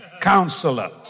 counselor